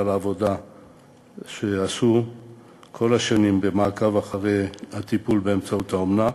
על העבודה שעשו כל השנים במעקב אחרי הטיפול באמצעות האומנה,